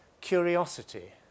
curiosity